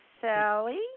Sally